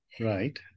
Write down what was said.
Right